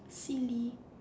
silly